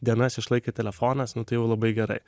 dienas išlaikė telefonas nu tai jau labai gerai